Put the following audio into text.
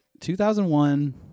2001